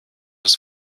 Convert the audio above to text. das